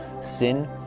Sin